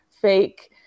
fake